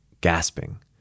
gasping